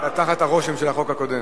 תחת הרושם של החוק הקודם.